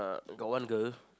got one girl